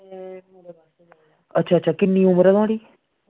अच्छा अच्छा किन्नी उम्र ऐ नुहाड़ी